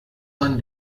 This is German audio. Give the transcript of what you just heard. man